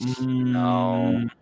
no